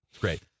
Great